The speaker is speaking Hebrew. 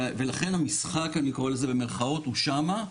ולכן המשחק אני קורא לזה במרכאות הוא שם.